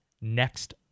next